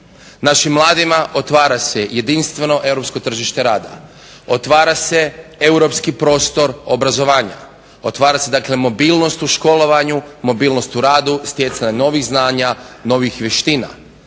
Našim mladima otvara se jedinstveno europsko tržište rada, otvara se europski prostor obrazovanja, otvara se dakle mobilnost u školovanju, mobilnost u radu, stjecanje novih znanja, novih vještina.